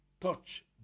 touch